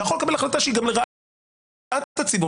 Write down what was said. אתה יכול לקבל החלטה שהיא גם לרעת הציבור,